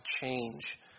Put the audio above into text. change